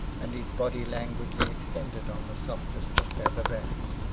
and his body languidly extended on the softest of feather-beds.